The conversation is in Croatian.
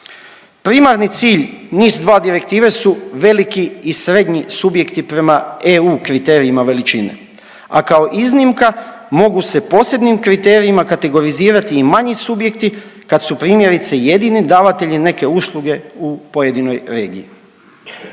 Primarni cilj NIS2 direktive su veliki i srednji subjekti prema eu kriterijima veličine, a kao iznimka mogu se posebnim kriterijima kategorizirati i manji subjekti kad su primjerice jedini davatelji neki usluge u pojedinoj regiji.